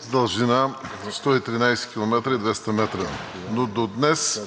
с дължина 113,2 км, но до днес